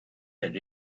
that